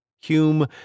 Hume